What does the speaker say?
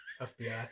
FBI